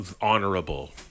honorable